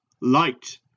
Light